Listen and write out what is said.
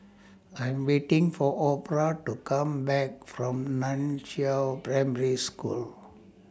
I 'm waiting For Orah to Come Back from NAN Chiau Primary School